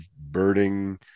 birding